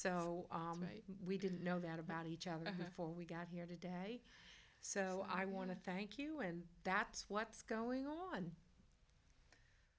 so we didn't know that about each other before we got here today so i want to thank you and that's what's going on